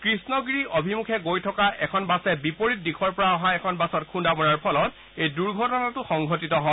কৃষ্ণগিৰী অভিমুখে গৈ থকা এখন বাছে বিপৰীত দিশৰ পৰা অহা এখন বাছত খুন্দা মৰাৰ ফলত এই দুৰ্ঘটনাটো সংঘটিত হয়